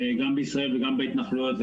גם בישראל וגם בהתנחלויות.